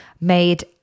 made